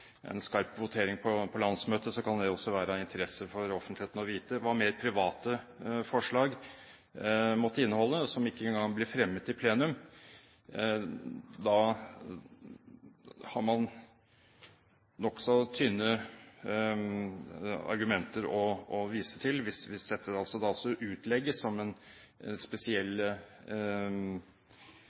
en skarp votering på landsmøtet, kan det også være av interesse for offentligheten å vite. Når det gjelder hva mer private forslag måtte inneholde, som ikke engang blir fremmet i plenum, har man nokså tynne argumenter å vise til hvis dette